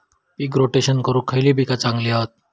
पीक rotation करूक खयली पीका चांगली हत?